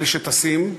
אלה שטסים,